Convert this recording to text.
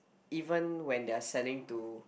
even when they are selling to